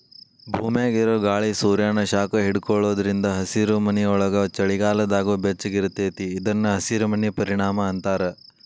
ಭೂಮ್ಯಾಗಿರೊ ಗಾಳಿ ಸೂರ್ಯಾನ ಶಾಖ ಹಿಡ್ಕೊಳೋದ್ರಿಂದ ಹಸಿರುಮನಿಯೊಳಗ ಚಳಿಗಾಲದಾಗೂ ಬೆಚ್ಚಗಿರತೇತಿ ಇದನ್ನ ಹಸಿರಮನಿ ಪರಿಣಾಮ ಅಂತಾರ